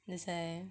that's why